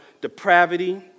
depravity